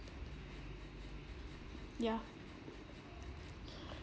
yeah